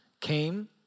Came